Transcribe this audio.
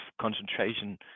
concentration